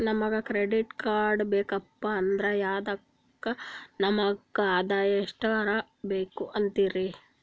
ನಮಗ credit card ಬೇಕಪ್ಪ ಅಂದ್ರ ಅದಕ್ಕ ನಮಗ ಆದಾಯ ಎಷ್ಟಿರಬಕು ಅಂತೀರಿ?